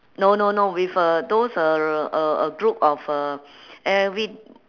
no no no with uh those err uh a group of uh every